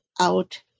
out